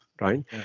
right